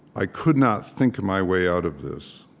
i could not think my way out of this.